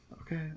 Okay